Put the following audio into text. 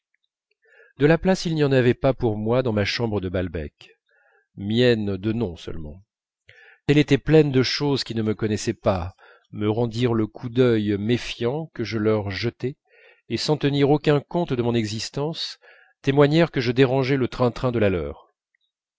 de la place il n'y en avait pas pour moi dans ma chambre de balbec mienne de nom seulement elle était pleine de choses qui ne me connaissant pas me rendirent le coup d'œil méfiant que je leur jetai et sans tenir aucun compte de mon existence témoignèrent que je dérangeais le train-train de la leur